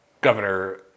Governor